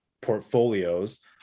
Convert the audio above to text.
portfolios